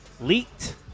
leaked